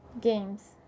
games